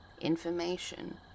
Information